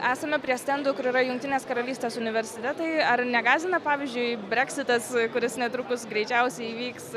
esame prie stendo kur yra jungtinės karalystės universitetai ar negąsdina pavyzdžiui breksitas kuris netrukus greičiausiai įvyks